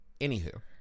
Anywho